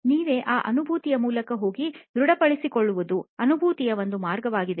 ಆದ್ದರಿಂದ ನೀವೇ ಆ ಅನುಭವದ ಮೂಲಕ ಹೋಗಿ ದೃಢಪಡಿಸಿಕೊಳ್ಳುವುದು ಅನುಭೂತಿಯ ಒಂದು ಮಾರ್ಗ ವಾಗಿದೆ